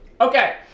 Okay